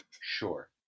Sure